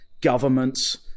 Governments